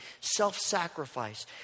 self-sacrifice